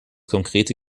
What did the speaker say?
konkrete